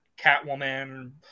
catwoman